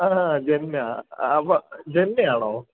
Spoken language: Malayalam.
ആ ജെന്ന അവർ ജെന്നയാണോ